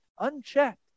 unchecked